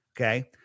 Okay